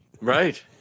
Right